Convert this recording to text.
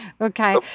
okay